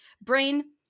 brain